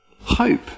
Hope